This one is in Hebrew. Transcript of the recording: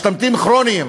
משתמטים כרוניים,